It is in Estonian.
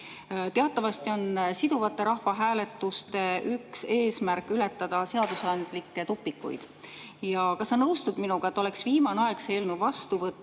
Teatavasti on siduvate rahvahääletuste üks eesmärk ületada seadusandlikke tupikuid. Kas sa nõustud minuga, et oleks viimane aeg see eelnõu vastu võtta